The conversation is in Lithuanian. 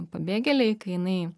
pabėgėliai kai jinai